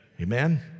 Amen